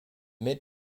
mid